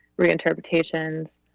reinterpretations